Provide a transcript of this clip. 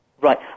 Right